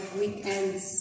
weekends